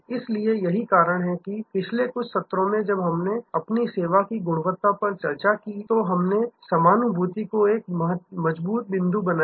इसलिए यही कारण है कि पिछले कुछ सत्रों में जब हमने अपनी सेवा की गुणवत्ता पर चर्चा की तो हमने समानुभूति को एक मजबूत बिंदु बनाया